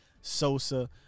Sosa